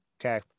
Okay